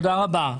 תודה רבה.